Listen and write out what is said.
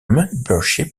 membership